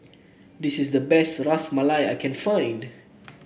this is the best Ras Malai I can find